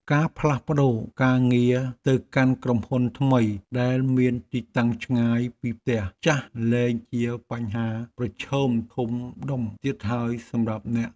ការផ្លាស់ប្ដូរការងារទៅកាន់ក្រុមហ៊ុនថ្មីដែលមានទីតាំងឆ្ងាយពីផ្ទះចាស់លែងជាបញ្ហាប្រឈមធំដុំទៀតហើយសម្រាប់អ្នក។